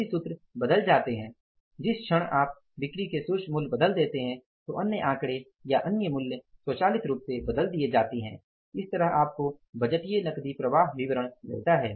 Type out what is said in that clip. सभी सूत्र बदल जाते हैं जिस क्षण आप बिक्री के शीर्ष मूल्य बदल देते हैं तो अन्य आंकड़े या अन्य मूल्य स्वचालित रूप से बदल दिए जाते हैं इस तरह आपको बजटीय नकदी प्रवाह विवरण मिलता है